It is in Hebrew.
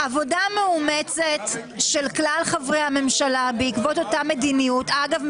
עבודה מאומצת של כלל חברי הממשלה בעקבות אותה מדיניות - אגב,